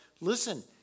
listen